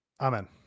Amen